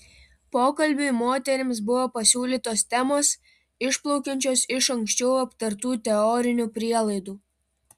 pokalbiui moterims buvo pasiūlytos temos išplaukiančios iš anksčiau aptartų teorinių prielaidų